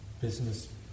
business